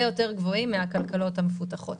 יותר גבוהים מאשר של הכלכלות המפותחות.